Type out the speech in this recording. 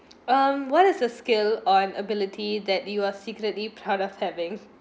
um what is the skill or an ability that you are secretly proud of having